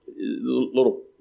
little